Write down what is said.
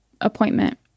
appointment